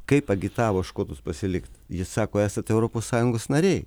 kaip agitavo škotus pasilikt jis sako esat europos sąjungos nariai